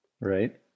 Right